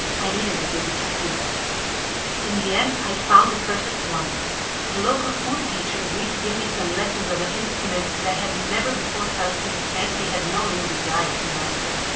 i needed a good excuse in the end, i found the perfect one a local oud teacher agreed to give me some lessons on an instrument that i had never before touched, and frankly, had no real desire to master.